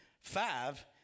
five